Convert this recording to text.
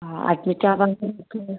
ആ അഡ്മിറ്റ് ആവാൻ നോക്കുന്നു